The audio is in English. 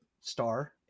star